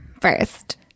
first